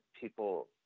people